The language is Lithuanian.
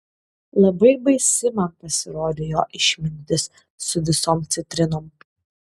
labai baisi man pasirodė jo išmintis su visom citrinom